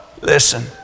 Listen